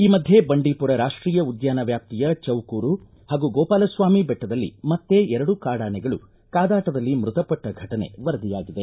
ಈ ಮಧ್ಯೆ ಬಂಡೀಪುರ ರಾಷ್ಟೀಯ ಉದ್ಯಾನ ವ್ಯಾಪ್ತಿಯ ಚೌಕೂರು ಹಾಗೂ ಗೋಪಾಲಸ್ವಾಮಿ ಬೆಟ್ಟದಲ್ಲಿ ಮತ್ತೆ ಎರಡು ಕಾಡಾನೆಗಳು ಕಾದಾಟದಲ್ಲಿ ಮೃತಪಟ್ಟ ಫಟನೆ ವರದಿಯಾಗಿದೆ